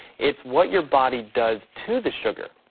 it's what your body does to the sugar.